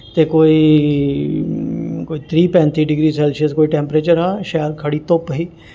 ते कोई कोई त्रीह् पैंती डिग्री सेल्सियस कोई टेंपरेचर हा शैल खड़ी धुप्प ही